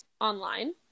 online